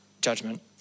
judgment